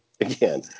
Again